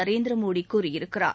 நரேந்திர மோடி கூறியிருக்கிறார்